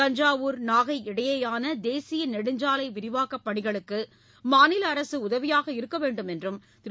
தஞ்சாவூர் நாகை இடையேயான தேசிய நெடுஞ்சாலை விரிவாக்கப் பணிகளுக்கு மாநில அரசு உதவியாக இருக்க வேண்டும் என்றும் திரு